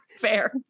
fair